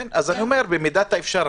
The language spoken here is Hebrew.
אני אומר, במידת האפשר.